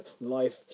life